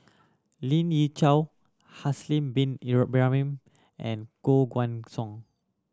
Lien Ying Chow Haslir Bin Ibrahim and Koh Guan Song